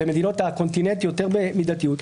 במדינות הקונטיננט יותר במידתיות,